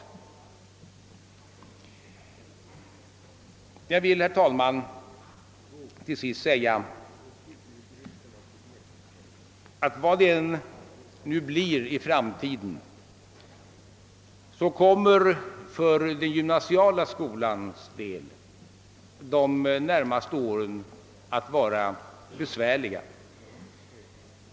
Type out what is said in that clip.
Jag vill, herr talman, till sist säga att hur det än blir i framtiden kommer för den gymnasiala skolans del de närmaste åren att vara besvärliga.